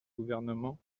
gouvernement